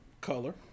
color